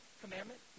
commandment